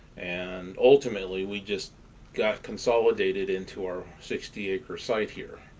and ultimately we just got consolidated into our sixty acre site here,